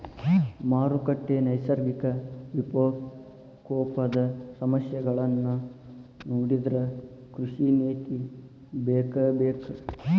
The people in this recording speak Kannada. ಮಾರುಕಟ್ಟೆ, ನೈಸರ್ಗಿಕ ವಿಪಕೋಪದ ಸಮಸ್ಯೆಗಳನ್ನಾ ನೊಡಿದ್ರ ಕೃಷಿ ನೇತಿ ಬೇಕಬೇಕ